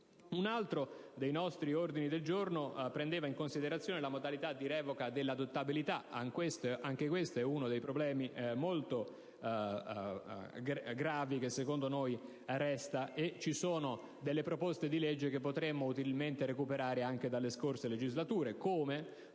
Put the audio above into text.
Un altro dei nostri ordini del giorno prendeva in considerazione la modalità di revoca dell'adottabilità: anche questo è uno dei problemi molto gravi, che secondo noi resta. E ci sono delle proposte di legge che potremmo utilmente recuperare anche dalle scorse legislature,